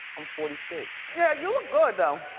i'm forty six. yeah, you look good though.